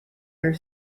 her